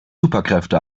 superkräfte